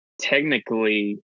technically